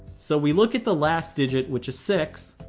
so we look at the last digit, which is six,